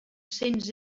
cents